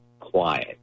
quiet